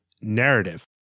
narrative